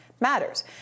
matters